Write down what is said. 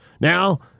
Now